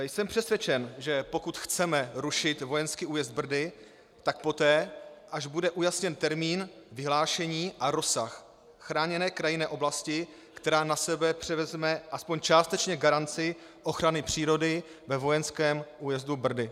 Jsem přesvědčen, že pokud chceme rušit vojenský újezd Brdy, tak poté, až bude ujasněn termín vyhlášení a rozsah chráněné krajinné oblasti, která na sebe převezme aspoň částečně garanci ochrany přírody ve vojenském újezdu Brdy.